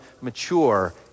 mature